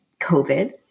covid